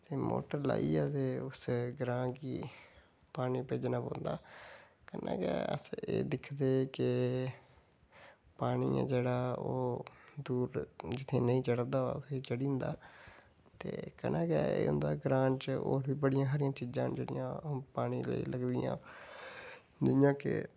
motor लाइयै ते उस ग्रांऽ गी पानी भेजना पौंदा कन्नै गै अस एह् दिखदे के पानी ऐ जेह्ड़ा ओह् दूर जेह्ड़ा जित्थें नेईं चढ़ा दा होऐ उत्थें चढ़ी जंदा कन्नै गै एह् होंदा ग्रांऽ च होर बी बडियां सारियां चीजां न जेह्ड़ियां पानी च लगदियां जियां कि